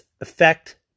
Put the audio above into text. effect